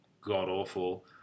god-awful